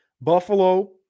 Buffalo